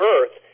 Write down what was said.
Earth